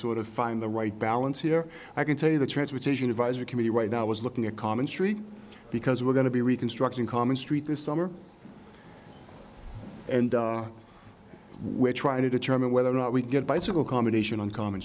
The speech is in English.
sort of find the right balance here i can tell you the transportation advisory committee right now is looking at common street because we're going to be reconstructing common street this summer and we're trying to determine whether or not we get bicycle combination on common